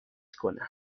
کنم